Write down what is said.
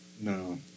no